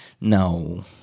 no